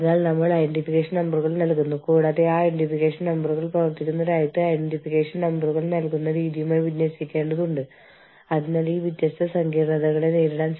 അതിനാൽ നിങ്ങൾക്കറിയാമോ ചില നിയമങ്ങൾ ഭൂമിശാസ്ത്രപരമായ പ്രദേശത്ത് കമ്പനി ഉള്ള ആ രാജ്യത്തിന്റെ ഭൂമിശാസ്ത്രപരമായ പ്രദേശത്ത് പരിമിതപ്പെടുത്തിയിരിക്കുന്നു